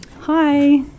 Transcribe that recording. Hi